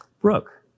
Brooke